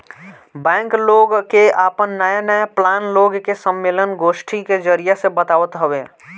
bank लोग के आपन नया नया प्लान लोग के सम्मलेन, गोष्ठी के जरिया से बतावत हवे